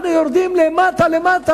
אנחנו יורדים למטה-למטה.